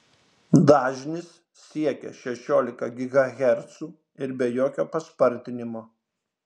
dažnis siekia šešiolika gigahercų ir be jokio paspartinimo